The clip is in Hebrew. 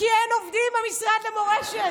כי אין עובדים במשרד המורשת.